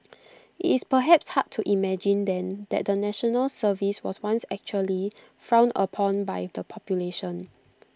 IT is perhaps hard to imagine then that the National Service was once actually frowned upon by the population